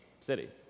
city